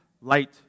light